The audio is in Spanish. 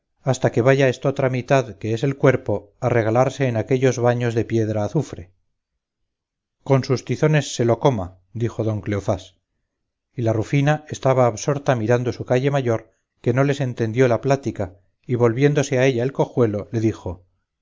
hasta que vaya estotra mitad que es el cuerpo a regalarse en aquellos baños de piedra azufre con sus tizones se lo coma dijo don cleofás y la rufina estaba absorta mirando su calle mayor que no les entendió la plática y volviéndose a ella el cojuelo le dijo